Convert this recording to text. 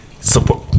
Support